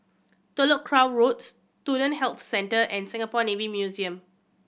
Telok Kurau Road Student Health Centre and Singapore Navy Museum